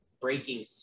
breaking